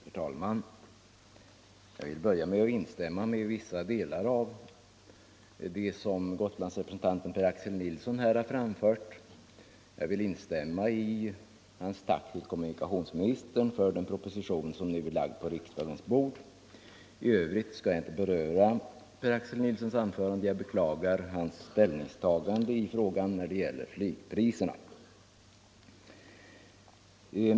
Herr talman! Jag vill börja med att instämma till vissa delar i vad Gotlandsrepresentanten Per-Axel Nilsson här har framfört. Jag vill instämma i hans tack till kommunikationsministern för den proposition som nu är lagd på riksdagens bord. I övrigt skall jag inte beröra Per-Axel Nilssons anförande. Jag beklagar hans ställningstagande i frågan om flygpriserna.